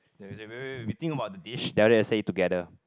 wait wait wait we think about the dish then after that say it together